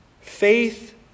Faith